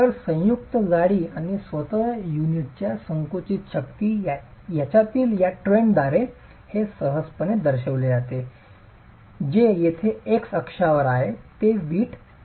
तर संयुक्त जाडी आणि स्वतः युनिटची संकुचित शक्ती यांच्यातील या ट्रेंडद्वारे हे सहजपणे दर्शविले जाते जे येथे एक्स अक्षावर आहे ते वीट युनिटची उंची आहे